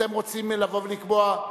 אתם רוצים לבוא ולקבוע,